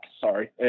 sorry